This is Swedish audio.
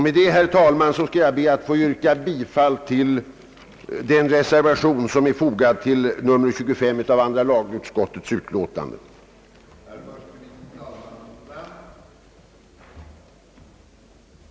Med detta, herr talman, ber jag att få yrka bifall till den reservation som är fogad till andra lagutskottets utlåtande nr 25.